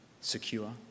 secure